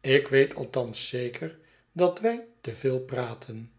ik weet althans zeker dat wij te veel praatten